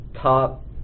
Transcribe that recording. top